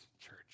church